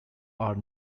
are